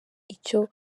icyo